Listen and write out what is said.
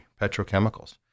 petrochemicals